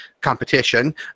competition